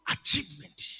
achievement